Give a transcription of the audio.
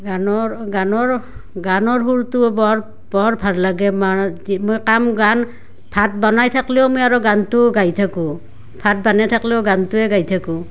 গানৰ গানৰ গানৰ সুৰটো বৰ বৰ ভাল লাগে মাৰ মই কাম গান ভাত বনাই থাকলেও মই আৰু গানটো গাই থাকোঁ ভাত বানাই থাকলেও গানটোৱে গাই থাকোঁ